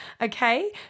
okay